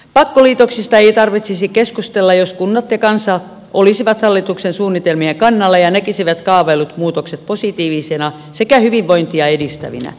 pakkoliitoksista ei tarvitsisi keskustella jos kunnat ja kansa olisivat hallituksen suunnitelmien kannalla ja näkisivät kaavaillut muutokset positiivisina sekä hyvinvointia edistävinä